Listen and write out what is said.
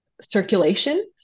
circulation